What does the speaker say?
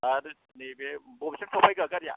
आरो नैबे बबेसिम सफैखो गारिया